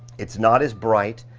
it's not as bright,